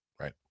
right